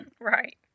Right